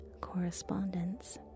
Correspondence